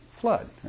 flood